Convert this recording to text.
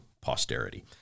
posterity